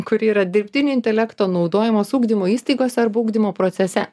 kuri yra dirbtinio intelekto naudojimas ugdymo įstaigose arba ugdymo procese